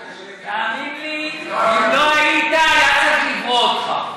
תאמין לי, אם לא היית, צריך היה לברוא אותך.